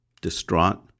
distraught